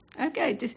Okay